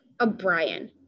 O'Brien